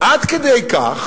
עד כדי כך